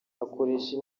akoresha